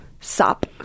Sop